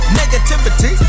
negativity